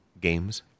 games